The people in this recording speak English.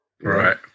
Right